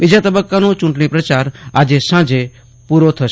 બીજા તબકકાનો ચ્રંટણી પ્રચાર આજે સાંજે પૂરો થશે